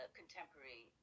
contemporary